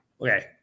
Okay